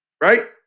right